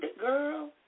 girl